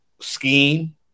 scheme